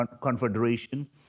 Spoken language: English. confederation